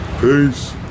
Peace